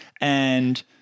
and-